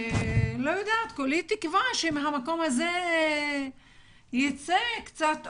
כולי תקווה שמהמקום הזה יצא קצת אור,